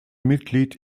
mitglied